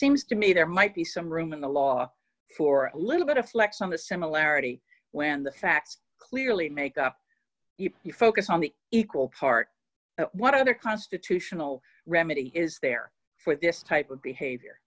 seems to me there might be some room in the law for a little bit of flex on the similarity when the facts clearly make up if you focus on the equal part what other constitutional remedy is there for this type of behavior